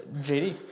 JD